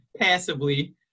passively